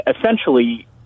essentially